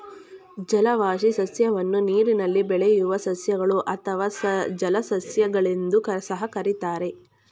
ಜಲವಾಸಿ ಸಸ್ಯವನ್ನು ನೀರಿನಲ್ಲಿ ಬೆಳೆಯುವ ಸಸ್ಯಗಳು ಅಥವಾ ಜಲಸಸ್ಯ ಗಳೆಂದೂ ಸಹ ಕರಿತಾರೆ